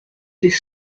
des